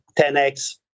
10X